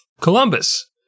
Columbus